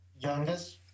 youngest